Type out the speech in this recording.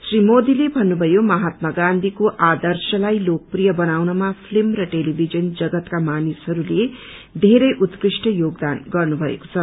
श्री मोदीले थत्रुथयो महात्मा गाँधीको आदर्शताई लोकप्रिय बनाउनया फिल्य र टेजीभिजन जगतका मानिसहरूले बेरै उत्कृष्ट योगदान गर्नुभएको छ